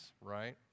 right